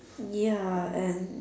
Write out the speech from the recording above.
ya and